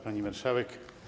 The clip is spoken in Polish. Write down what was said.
Pani Marszałek!